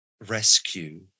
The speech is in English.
rescue